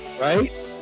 right